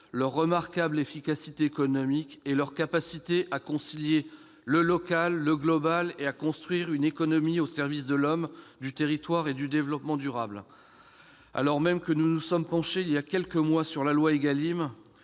leur remarquable efficacité économique, leur capacité à concilier le local et le global et à construire une économie au service de l'homme, du territoire et du développement durable. Alors même que nous nous sommes penchés, voilà quelques mois, sur la loi ÉGALIM,